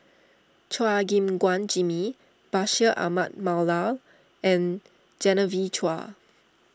Chua Gim Guan Jimmy Bashir Ahmad Mallal and Genevieve Chua